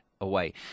away